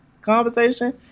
conversation